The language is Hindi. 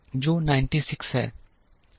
96 है